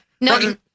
No